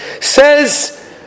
Says